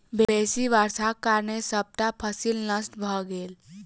बेसी वर्षाक कारणें सबटा फसिल नष्ट भ गेल